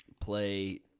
play